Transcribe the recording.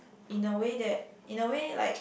in a way that in a way like